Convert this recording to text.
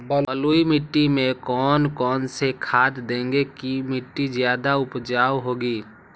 बलुई मिट्टी में कौन कौन से खाद देगें की मिट्टी ज्यादा उपजाऊ होगी?